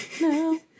no